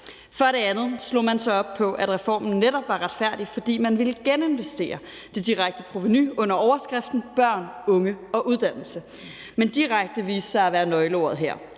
For det andet slog man sig op på, at reformen netop var retfærdig, fordi man ville geninvestere det direkte provenu under overskriften: børn, unge og uddannelse. Men »direkte« viste sig at være nøgleordet her,